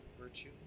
virtue